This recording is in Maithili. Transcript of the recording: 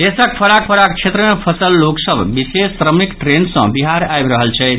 देशक फराक फराक क्षेत्र मे फंसल लोक सभ विशेष श्रमिक ट्रेन सँ बिहार आबि रहल छथि